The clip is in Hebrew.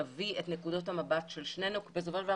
בנוסף,